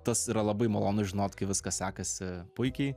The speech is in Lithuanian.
tas yra labai malonu žinot kai viskas sekasi puikiai